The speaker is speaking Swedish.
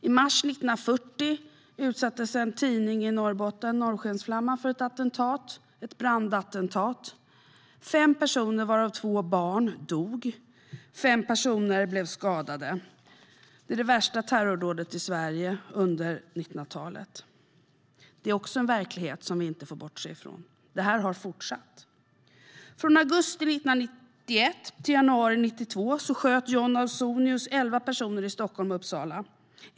I mars 1940 utsattes en tidning i Norrbotten, Norrskensflamman, för ett brandattentat. Fem personer, varav två barn, dog. Fem personer blev skadade. Det är det värsta terrordådet i Sverige under 1900-talet. Det är också en verklighet som vi inte får bortse från. Det här har fortsatt. Från augusti 1991 till januari 1992 sköt John Ausonius elva personer i Stockholm och Uppsala.